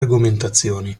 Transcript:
argomentazioni